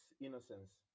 innocence